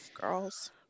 girls